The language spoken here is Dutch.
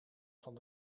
van